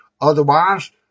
Otherwise